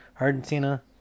Argentina